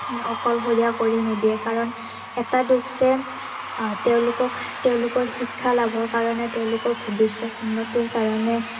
অকলশৰীয়া কৰি নিদিয়ে কাৰণ এটা দুখ যে তেওঁলোকক তেওঁলোকৰ শিক্ষা লাভৰ কাৰণে তেওঁলোকৰ ভৱিষ্যত উন্নতিৰ কাৰণে